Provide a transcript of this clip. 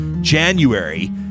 January